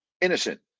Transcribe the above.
innocent